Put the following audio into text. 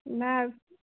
नहि